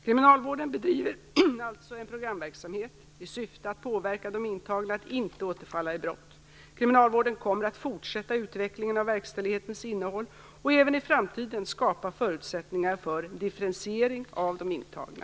Kriminalvården bedriver alltså en programverksamhet i syfte att påverka de intagna att inte återfalla i brott. Kriminalvården kommer att fortsätta utvecklingen av verkställighetens innehåll och även i framtiden skapa förutsättningar för en differentiering av de intagna.